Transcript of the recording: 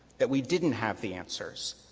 that we didn't have the answers,